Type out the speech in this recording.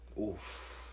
Oof